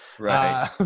Right